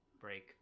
break